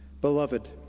Beloved